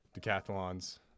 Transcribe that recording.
decathlons